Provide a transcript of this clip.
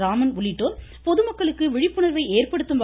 ராமன் உள்ளிட்டோர் பொதுமக்களுக்கு விழிப்புணர்வை ஏற்படுத்தும் திரு